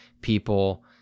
people